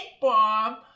bomb